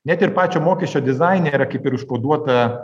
net ir pačio mokesčio dizaine yra kaip ir užkoduota